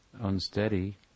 unsteady